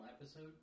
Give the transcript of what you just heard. episode